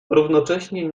równocześnie